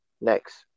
next